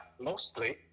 mostly